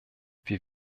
wir